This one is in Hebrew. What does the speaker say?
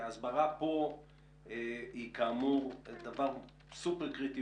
ההסברה פה היא כאמור דבר סופר קריטי,